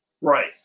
Right